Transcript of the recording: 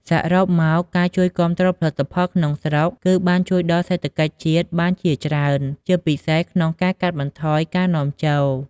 សរុបមកការជួយគាំទ្រផលិតផងក្នុងស្រុក គឺបានជួយដល់សេដ្ឋកិច្ចជាតិបានជាច្រើន ជាពិសេសក្នុងការកាត់បន្ថយការនាំចូល។